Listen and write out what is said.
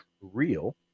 real